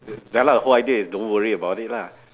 ya lah whole idea is don't worry about it lah